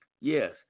Yes